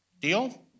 Deal